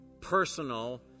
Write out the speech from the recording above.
personal